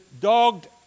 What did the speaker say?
dogged